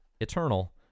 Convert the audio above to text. Eternal